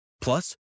Plus